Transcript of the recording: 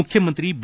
ಮುಖ್ಯಮಂತ್ರಿ ಬಿ